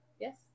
Yes